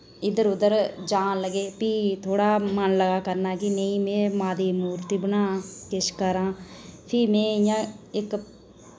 इद्धर उद्धर जान लगे फ्ही थोह्ड़ा मन लगा करना कि नेईं में माते दी मूर्ति बनां किश करां फ्ही में इयां इक